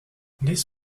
this